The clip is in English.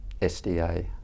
SDA